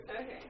Okay